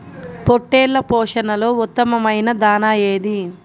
పొట్టెళ్ల పోషణలో ఉత్తమమైన దాణా ఏది?